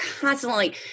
constantly